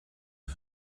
est